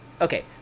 okay